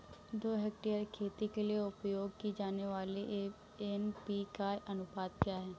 दो हेक्टेयर खेती के लिए उपयोग की जाने वाली एन.पी.के का अनुपात क्या है?